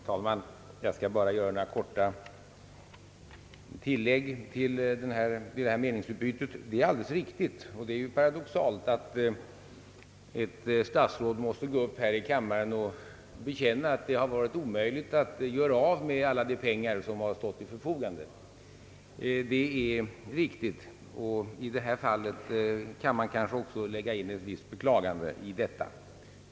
Herr talman! Jag skall bara göra några korta tillägg till detta meningsutbyte. Det är paradoxalt att ett statsråd måste gå upp i talarstolen här i kammaren och bekänna att det har varit omöjligt att göra av med alla de pengar som har stått till förfogande. I det här fallet kan man kanske också lägga in ett visst beklagande i detta konstaterande.